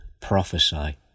Prophesy